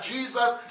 Jesus